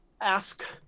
ask